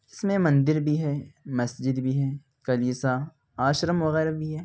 اس میں مندر بھی ہے مسجد بھی ہیں کلیسا آشرم وغیرہ بھی ہے